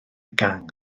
gang